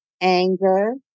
anger